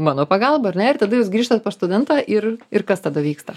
mano pagalba ar ne ir tada jūs grįžtat pas studentą ir ir kas tada vyksta